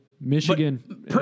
Michigan